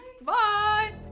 Bye